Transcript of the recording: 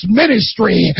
ministry